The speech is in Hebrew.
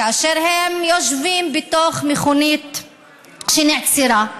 כאשר הם יושבים בתוך מכונית שנעצרה,